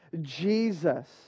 Jesus